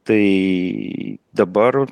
tai dabar